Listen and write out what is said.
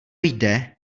jde